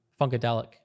Funkadelic